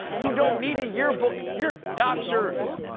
you don't need a yearbook. you're doctors.